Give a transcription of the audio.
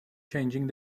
changing